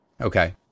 Okay